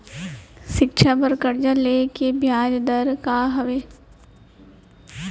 शिक्षा बर कर्जा ले के बियाज दर का हवे?